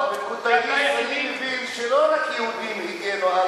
אני מבין שלא רק יהודים הגנו על